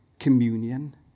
communion